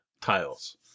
tiles